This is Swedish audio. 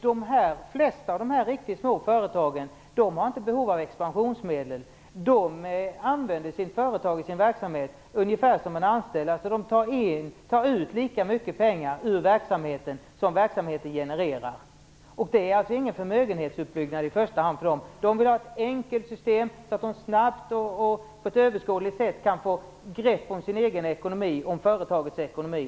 De flesta av dessa riktigt små företagen har inte behov av expansionsmedel. De använder sitt företag i sin verksamhet ungefär som en anställd, dvs. de tar ut lika mycket pengar ur verksamheten som verksamheten genererar. Det är alltså inte i första hand fråga om en förmögenhetsuppbyggnad. De vill ha ett enkelt system så att de snabbt och på ett överskådligt sätt kan få grepp om sin egen och företagets ekonomi.